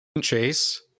Chase